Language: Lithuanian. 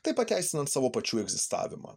taip pateisinant savo pačių egzistavimą